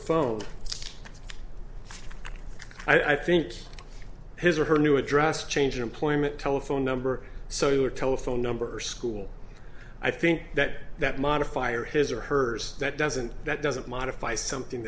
phone i think his or her new address change employment telephone number so your telephone number school i think that that modifier his or hers that doesn't that doesn't modify something